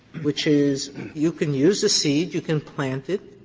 which is you can use the seed, you can plant it,